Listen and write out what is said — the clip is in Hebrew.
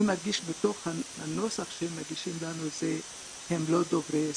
אני מרגיש בנוסח שהם מגישים לנו שהם לא דוברי השפה,